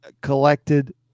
collected